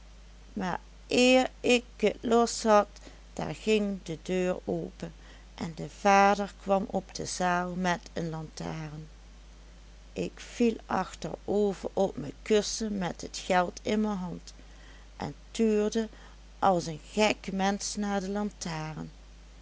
maar eer ik et los had daar ging de deur ope en de vader kwam op de zaal met en lantaren ik viel achterover op me kussen met et geld in me hand en tuurde as en gek mensch na de lantaren